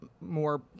more